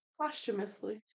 Posthumously